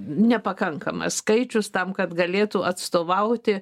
nepakankamas skaičius tam kad galėtų atstovauti